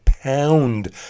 pound